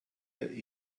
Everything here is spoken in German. der